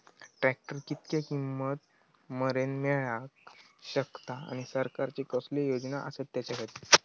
Tractor कितक्या किमती मरेन मेळाक शकता आनी सरकारचे कसले योजना आसत त्याच्याखाती?